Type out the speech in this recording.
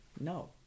no